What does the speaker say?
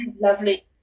lovely